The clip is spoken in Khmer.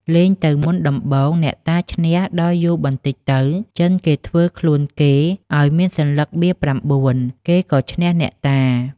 លេងទៅមុនដំបូងអ្នកតាឈ្នះដល់យូរបន្តិចទៅ ចិនគេធ្វើខ្លួនគេឲ្យមានសន្លឹកបៀ៩ គេក៏ឈ្នះអ្នកតា ។